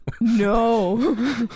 No